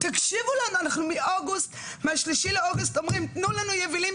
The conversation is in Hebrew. תקשיבו לנו! אנחנו מחודש אוגוסט אומרים "..תנו לנו יבילים